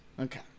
Okay